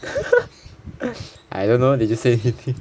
I don't know did you say anything